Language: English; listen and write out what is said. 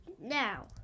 now